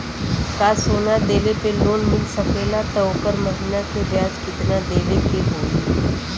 का सोना देले पे लोन मिल सकेला त ओकर महीना के ब्याज कितनादेवे के होई?